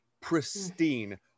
pristine